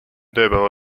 tööpäeva